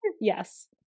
Yes